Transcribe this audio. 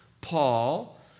Paul